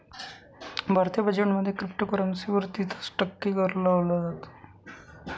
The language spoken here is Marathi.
भारतीय बजेट मध्ये क्रिप्टोकरंसी वर तिस टक्के कर लावला